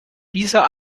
dieser